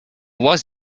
was